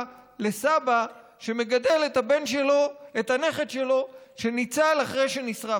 לסבא שמגדל את הנכד שלו שניצל אחרי שנשרף?